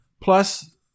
Plus